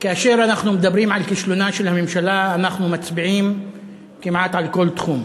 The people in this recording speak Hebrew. כאשר אנחנו מדברים על כישלונה של הממשלה אנחנו מצביעים כמעט על כל תחום.